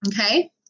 okay